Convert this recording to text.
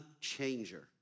changer